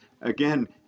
Again